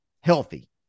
healthy